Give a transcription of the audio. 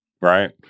right